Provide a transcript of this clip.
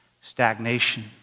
stagnation